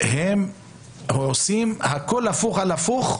הם עושים הכול הפוך על הפוך,